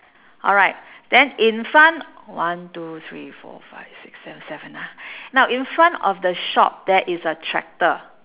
alright then in front one two three four five six seven seven ah now in front of the shop there is a tractor